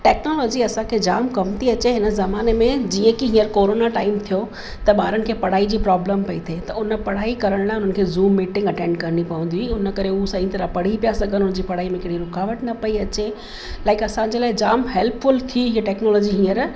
technology असांखे जाम कम थी अचे हिन ज़माने में जीअं कि हीअ कोरोना टाइम थियो त ॿारनि खे पढ़ाई जी प्रॉब्लम पई थिए त उन पढ़ाई करण लाइ उन्हनि खे ज़ूम मीटिंग अटैंड करिणी पवंदी हुई उन करे हू सही तरह पढ़ी पिया सघनि उन जी पढ़ाई में कहिड़ी रुकावट न पई अचे लाइक असांजे लाइ जाम हेल्पफ़ुल थी हीअ टेक्नोलॉजी हींअर